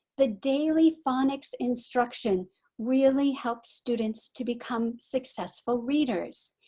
the daily phonics instruction really helped students to become successful readers.